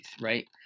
right